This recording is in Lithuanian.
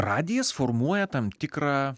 radijas formuoja tam tikrą